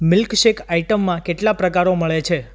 milkshake આઇટમમાં કેટલા પ્રકારો મળે છે